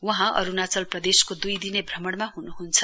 वहाँ अरूणाचल प्रदेशको द्ई दिने भ्रमणमा ह्नुह्न्छ